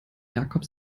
jakob